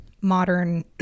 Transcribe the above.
modern